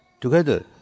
together